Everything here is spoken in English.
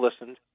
listened